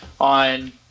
on